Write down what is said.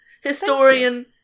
Historian